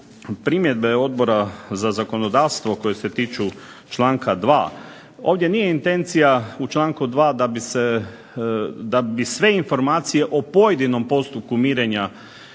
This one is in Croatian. primjedbe Odbora za zakonodavstvo koje se tiču članka 2. ovdje nije intencija u članku 2. da bi sve informacije o pojedinom postupku mirenja,